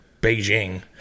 Beijing